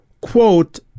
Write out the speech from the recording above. quote